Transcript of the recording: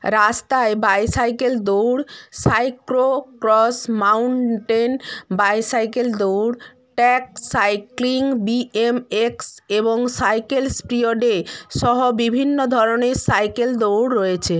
রাস্তায় বাইসাইকেল দৌড় cyclo cross mountain bicycle দৌড় ট্র্যাক সাইক্লিং বিএমএক্স এবং সাইকেল স্পিওডে সহ বিভিন্ন ধরনের সাইকেল দৌড় রয়েছে